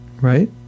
Right